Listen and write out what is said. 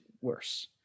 worse